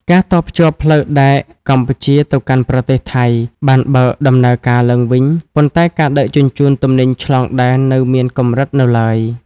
ការតភ្ជាប់ផ្លូវដែកកម្ពុជាទៅកាន់ប្រទេសថៃ បានបើកដំណើរការឡើងវិញ ប៉ុន្តែការដឹកជញ្ជូនទំនិញឆ្លងដែននៅមានកម្រិតនៅឡើយ។